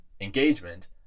engagement